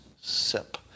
sip